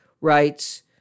writes